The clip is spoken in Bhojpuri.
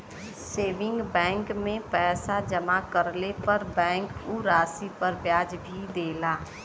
सेविंग बैंक में पैसा जमा करले पर बैंक उ राशि पर ब्याज भी देला